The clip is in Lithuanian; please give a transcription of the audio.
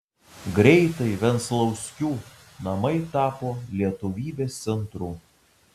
greitai venclauskių namai tapo lietuvybės centru